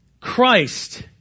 Christ